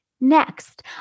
Next